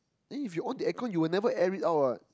then if you on the aircon you will never air it out what